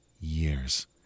years